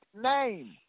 Name